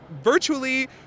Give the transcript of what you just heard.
virtually